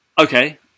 okay